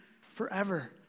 forever